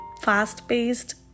fast-paced